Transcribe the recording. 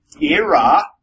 era